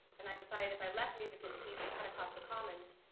and i decided if i left music and speech, and cut across the commons,